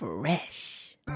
Fresh